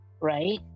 right